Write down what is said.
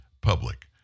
public